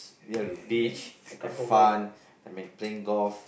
eat at the beach have fun and make playing golf